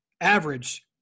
average